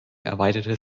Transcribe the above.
erweiterte